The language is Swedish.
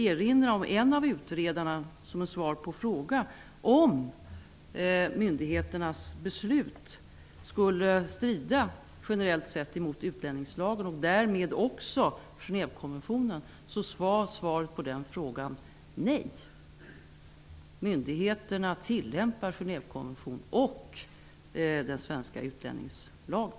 En av utredarnas svar på frågan om ifall myndigheternas beslut generellt strider mot utlänningslagen och därmed också Genèvekonventionen var nej. Myndigheterna tillämpar Genèvekonventionen och den svenska utlänningslagen.